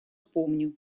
помню